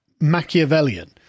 Machiavellian